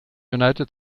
united